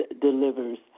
delivers